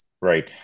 right